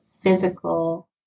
physical